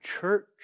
church